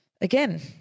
Again